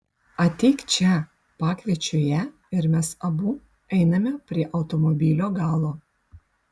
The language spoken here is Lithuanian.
ateik čia pakviečiu ją ir mes abu einame prie automobilio galo